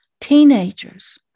teenagers